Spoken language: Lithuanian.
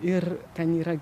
ir ten yra